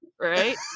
Right